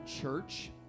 church